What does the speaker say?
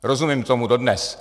Rozumím tomu dodnes.